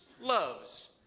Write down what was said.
loves